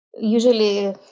usually